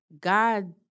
God